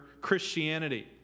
Christianity